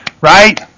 right